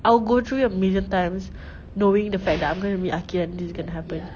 I will go through it a million times knowing the fact that I'm going to meet aqil and this is going to happen